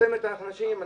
לצמצם את כמות האנשים.